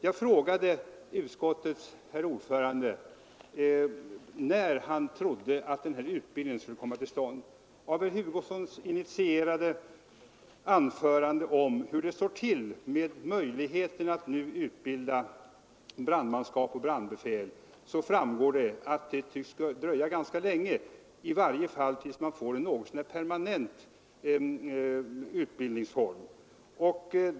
Jag frågade utskottets herr ordförande när han trodde att den här utbildningen skulle komma till stånd. Av herr Hugossons initierade anförande om hur det står till med möjligheten att nu utbilda brandmanskap och brandbefäl framgår att det tycks dröja ganska länge, i varje fall tills man får en något så när permanent utbildningsform.